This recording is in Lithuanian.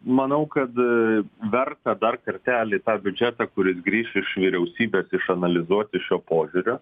manau kad verta dar kartelį tą biudžetą kuris grįš iš vyriausybės išanalizuoti šiuo požiūriu